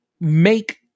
make